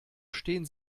stehen